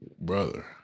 brother